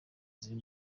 ziri